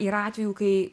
yra atvejų kai